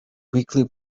weekly